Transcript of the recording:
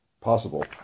possible